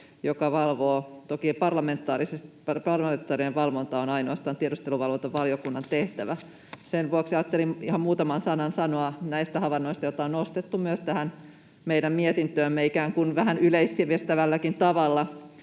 joka valvoo. Toki parlamentaarinen valvonta on ainoastaan tiedusteluvalvontavaliokunnan tehtävä. Sen vuoksi ajattelin ihan muutaman sanan sanoa näistä havainnoista, joita on nostettu myös tähän meidän mietintöömme, ikään kuin vähän yleissivistävälläkin tavalla